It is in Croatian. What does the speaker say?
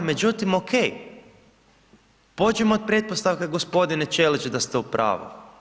Međutim, ok, pođimo od pretpostavke gospodine Ćelić da ste u pravu.